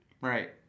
Right